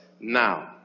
now